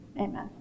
amen